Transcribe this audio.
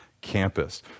campus